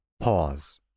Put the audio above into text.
pause